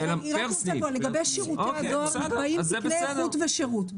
לגבי שירותי הדואר נקבעים תקני איכות ושירות.